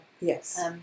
Yes